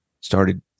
started